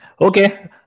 Okay